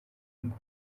mba